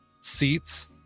seats